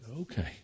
okay